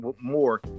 more